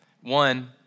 One